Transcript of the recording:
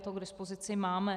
To k dispozici máme.